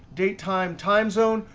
date time time zone.